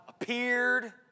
Appeared